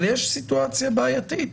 אבל יש סיטואציה בעייתית,